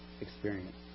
experience